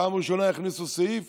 פעם ראשונה הכניסו סעיף